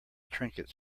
trinkets